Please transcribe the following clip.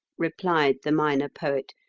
replied the minor poet.